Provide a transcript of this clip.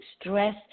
stress